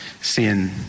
seeing